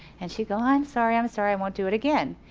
and she'd go i'm sorry, i'm sorry, i won't do it again.